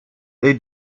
they